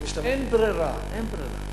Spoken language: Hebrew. אין ברירה, אין ברירה.